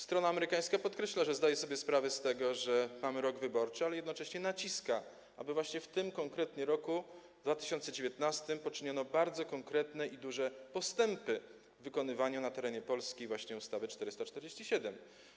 Strona amerykańska podkreśla, że zdaje sobie sprawę z tego, że mamy rok wyborczy, ale jednocześnie naciska, aby właśnie w tym 2019 r. poczyniono bardzo konkretne i duże postępy w wykonywaniu na terenie Polski właśnie przepisów ustawy 447.